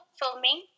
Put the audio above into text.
filming